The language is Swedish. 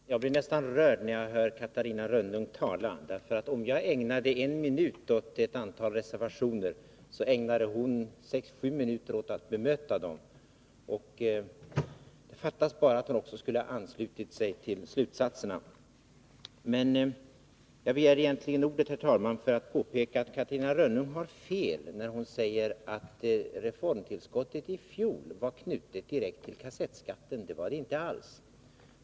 Herr talman! Jag blev nästan rörd när jag hör Catarina Rönnung tala. Om jag ägnade en minut åt ett antal reservationer, så ägnade hon sex sju minuter åt att bemöta dem — det fattades bara att hon också skulle ha anslutit sig till slutsatserna! Jag begärde ordet för att påpeka att Catarina Rönnung har fel när hon säger att reformtillskottet i fjol var knutet direkt till kassettskatten. Det var detiinte alls!